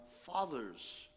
Father's